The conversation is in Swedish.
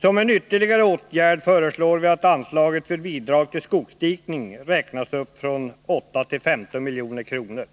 Som en ytterligare åtgärd föreslår vi att anslaget för bidrag till skogsdikning räknas upp från 8 till 15 milj.kr.